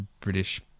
British